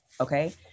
Okay